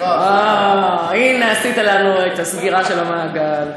וואו, הנה עשית לנו את הסגירה של המעגל.